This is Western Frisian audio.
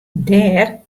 dêr